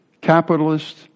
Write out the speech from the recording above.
capitalist